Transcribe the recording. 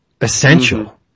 essential